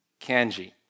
Kanji